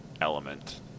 element